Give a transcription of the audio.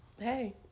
hey